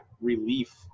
relief